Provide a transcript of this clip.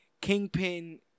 Kingpin